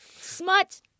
smut